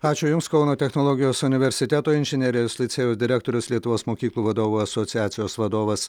ačiū jums kauno technologijos universiteto inžinerijos licėjaus direktorius lietuvos mokyklų vadovų asociacijos vadovas